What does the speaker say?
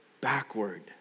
backward